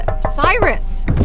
Cyrus